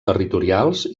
territorials